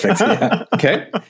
okay